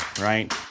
right